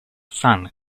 sun